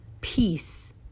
peace